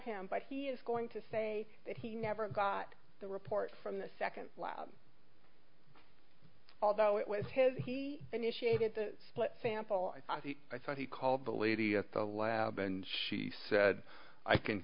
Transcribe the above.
him but he is going to say that he never got the report from the second lab although it was his he initiated the sample i thought i thought he called the lady at the lab and she said i can